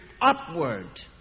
upward